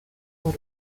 por